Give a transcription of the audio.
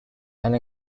and